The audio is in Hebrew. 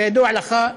כידוע לך,